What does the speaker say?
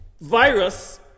virus